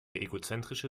egozentrische